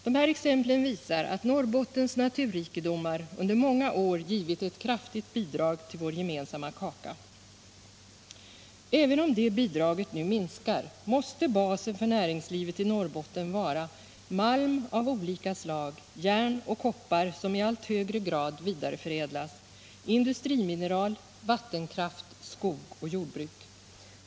Dessa exempel visar att Norrbottens naturrikedomar under många år har givit ett kraftigt bidrag till vår gemensamma kaka. Även om det bidraget nu minskar måste basen för näringslivet i Norrbotten vara malm av olika slag, järn och koppar som i allt högre grad vidareförädlas, industrimineral, vattenkraft, skogsoch jordbruksprodukter.